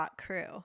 crew